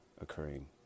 occurring